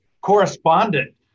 correspondent